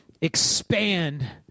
expand